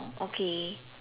okay